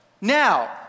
Now